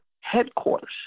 headquarters